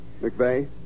McVeigh